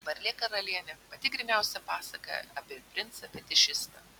varlė karalienė pati gryniausia pasaka apie princą fetišistą